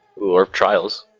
war trials